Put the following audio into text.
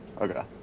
okay